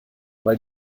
weil